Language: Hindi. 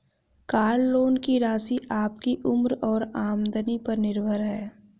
कार लोन की राशि आपकी उम्र और आमदनी पर निर्भर है